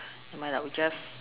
never mind we just